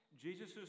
Jesus